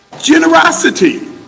generosity